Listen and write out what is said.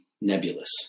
nebulous